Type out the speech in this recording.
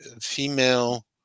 female